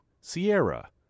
Sierra